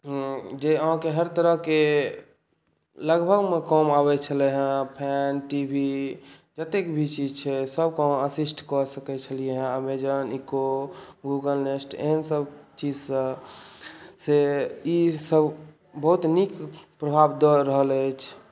जे अहाँकेँ हर तरहके लगभग मे कम आबै छलऽ हँ फैन टी वी जतेक भी चीज छै सभके असिस्ट कऽ सकै छलियै हँ अमेजॉन इको गुगल नेस्ट एहन सभ चीजसँ से ई सभ बहुत नीक प्रभाव दऽ रहल अछि